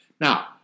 Now